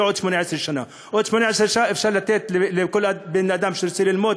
לא עוד 18 שנה; עוד 18 שנה אפשר לתת לכל אדם שרוצה ללמוד,